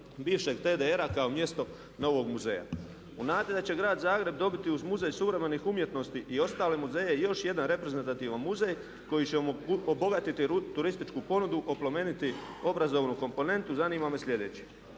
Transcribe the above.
bivšeg TDR-a kao mjesto novog muzeja. U nadi da će Grad Zagreb dobiti uz Muzej suvremenih umjetnosti i ostale muzeje još jedan reprezentativan muzej koji će obogatiti turističku ponudu, oplemeniti obrazovnu komponentu zanima me sljedeće,